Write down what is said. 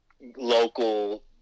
local